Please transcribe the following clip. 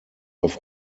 auf